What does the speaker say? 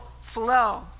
flow